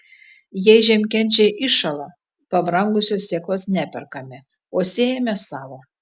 jei žiemkenčiai iššąla pabrangusios sėklos neperkame o sėjame savo